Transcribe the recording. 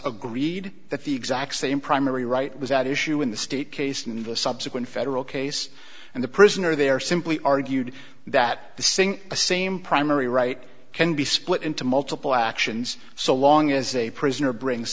agreed that the exact same primary right was at issue in the state case in the subsequent federal case and the prisoner there simply argued that the saying a same primary right can be split into multiple actions so long as a prisoner bring